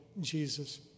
Jesus